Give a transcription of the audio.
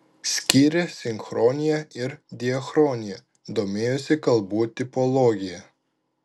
skyrė sinchroniją ir diachroniją domėjosi kalbų tipologija